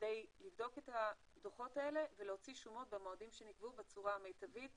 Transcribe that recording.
כדי לבדוק את הדוחות האלה ולהוציא שומות במועדים שנקבעו בצורה המיטבית